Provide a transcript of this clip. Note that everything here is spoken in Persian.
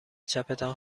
چپتان